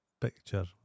picture